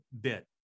bit